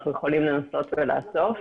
אנחנו יכולים לנסות ולאסוף,